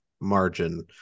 margin